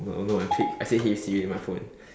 oh no oh no I clicked I said hey Siri into my phone